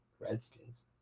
Redskins